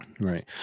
Right